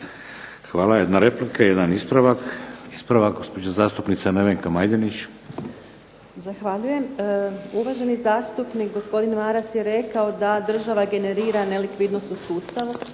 lijepa. Jedna replika i jedan ispravak. Ispravak gospođa zastupnica Nevenka Majdenić. **Majdenić, Nevenka (HDZ)** Uvaženi zastupnik gospodin Maras je rekao da država generira nelikvidnost u sustavu.